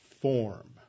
Form